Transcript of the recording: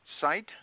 site